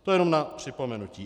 To jenom na připomenutí.